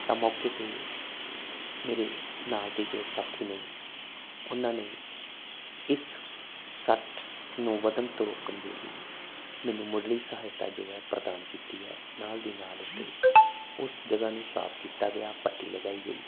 ਤਾਂ ਮੌਕੇ ਤੇ ਮੇਰੇ ਨਾਲ ਤੇ ਜੋ ਸਾਥੀ ਨੇ ਉਹਨਾਂ ਨੇ ਇਸ ਸੱਟ ਨੂੰ ਵਧਣ ਤੋਂ ਰੋਕਣ ਦੇ ਲਈ ਮੈਨੂੰ ਮੁਢਲੀ ਸਹਾਇਤਾ ਜੋ ਹੈ ਪ੍ਰਦਾਨ ਕੀਤੀ ਹੈ ਨਾਲ ਦੀ ਨਾਲ ਉਹਦੇ ਉਸ ਜਗਾ ਨੂੰ ਸਾਫ ਕੀਤਾ ਗਿਆ ਪੱਟੀ ਲਗਾਈ ਗਈ